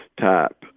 type